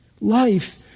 life